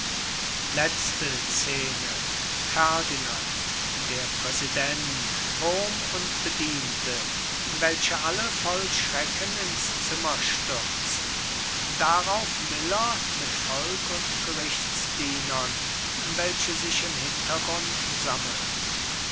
letzte scene ferdinand der präsident wurm und bediente welche alle voll schrecken ins zimmer stürzen darauf miller mit volk und gerichtsdienern welche sich im hintergrund sammeln